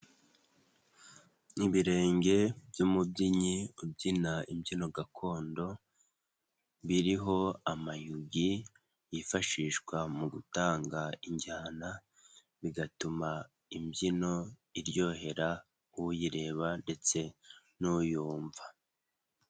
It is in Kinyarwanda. N'ibirenge by'umubyinnyi ubyina imbyino gakondo, biriho amayugi yifashishwa mu gutanga injyana, bigatuma imbyino iryohera uyireba ndetse n'uyumva.